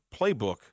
playbook